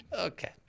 Okay